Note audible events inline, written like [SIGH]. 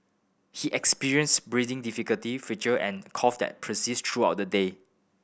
he experienced breathing difficulty [UNINTELLIGIBLE] and cough that persisted throughout the day